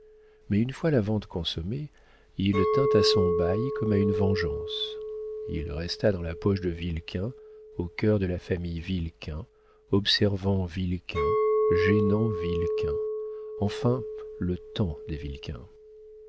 mais une fois la vente consommée il tint à son bail comme à une vengeance il resta dans la poche de vilquin au cœur de la famille vilquin observant vilquin gênant vilquin enfin le taon des vilquin